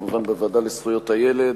וכמובן בוועדה לזכויות הילד,